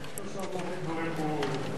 דברים ברורים.